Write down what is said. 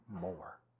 more